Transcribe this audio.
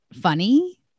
funny